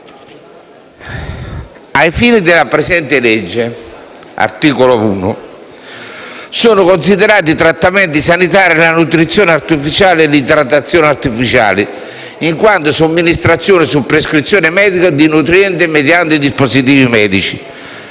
«Ai fini della presente legge, sono considerati trattamenti sanitari la nutrizione artificiale e l'idratazione artificiale, in quanto somministrazione, su prescrizione medica, di nutrienti mediante dispositivi medici».